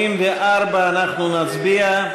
על 84 אנחנו נצביע.